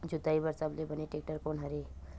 जोताई बर सबले बने टेक्टर कोन हरे?